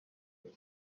the